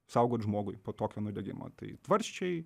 saugot žmogui po tokio nudegimo tai tvarsčiai